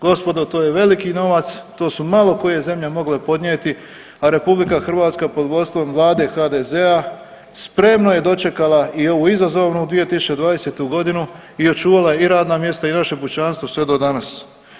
Gospodo to je veliki novac, to su malo koje zemlje mogle podnijeti, a RH pod vodstvom vlade HDZ-a spremno je dočekala i ovu izazovnu 2020.g. i očuvala i radna mjesta i još je pučanstvo sve do danas.